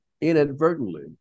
inadvertently